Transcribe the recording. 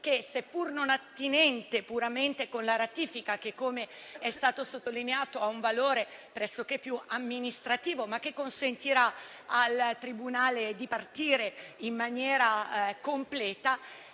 questa non è attinente puramente con la ratifica che - come è stato sottolineato - ha un valore pressoché amministrativo, consentendo al Tribunale di partire in maniera completa,